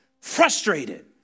frustrated